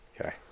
Okay